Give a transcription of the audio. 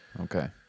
Okay